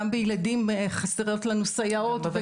גם בילדים חסרות לנו סייעות,